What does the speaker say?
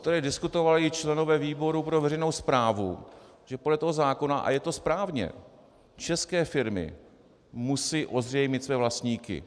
O které diskutovali členové výboru pro veřejnou správu, že podle toho zákona a je to správně české firmy musí ozřejmit své vlastníky.